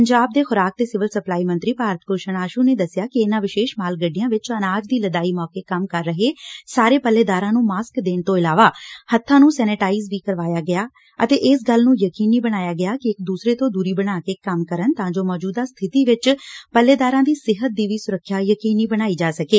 ਪੰਜਾਬ ਦੇ ਖੁਰਾਕ ਤੇ ਸਿਵਲ ਸਪਲਾਈ ਮੰਤਰੀ ਭਾਰਤ ਭੁਸ਼ਨ ਆਸ਼ੁ ਨੇ ਦੱਸਿਆ ਕਿ ਇਨੂਾਂ ਵਿਸ਼ੇਸ਼ ਮਾਲ ਗੱਡੀਆਂ ਵਿੱਚ ਅਨਾਜ ਦੀ ਲਦਾਈ ਮੌਕੇ ਕੰਮ ਕਰ ਰਹੇ ਸਾਰੇ ਪੱਲੇਦਾਰਾਂ ਨੂੰ ਮਾਸਕ ਦੇਣ ਤੋਂ ਇਲਾਵਾ ਹੱਬਾਂ ਨੂੰ ਸੈਨੇਟਾਈਜ ਕਰਵਾਇਆ ਗਿਆ ਅਤੇ ਇਸ ਗੱਲ ਨੂੰ ਯਕੀਨੀ ਬਣਾਇਆ ਗਿਆ ਕਿ ਇਕ ਦੂਸਰੇ ਤੋਂ ਦੂਰੀ ਬਣਾ ਕੇ ਕੰਮ ਕਰਨ ਤਾਂ ਜ਼ੋ ਮੋਜੂਦਾ ਸਬਿਤੀ ਵਿਚ ਪੱਲੇਦਾਰਾਂ ਦੀ ਸਿਹਤ ਦੀ ਵੀ ਸੁਰੱਖਿਆ ਯਕੀਨੀ ਬਣਾਈ ਜਾ ਸਕੇ